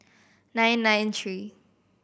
nine nine three